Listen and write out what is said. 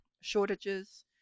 shortages